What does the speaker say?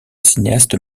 cinéaste